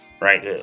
Right